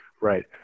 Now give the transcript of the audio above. Right